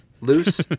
loose